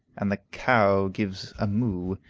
and the caow gives a moo,